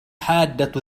حادة